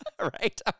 Right